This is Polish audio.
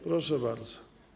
Proszę bardzo.